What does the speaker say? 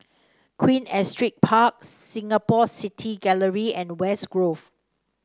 Queen Astrid Park Singapore City Gallery and West Grove